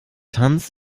tanz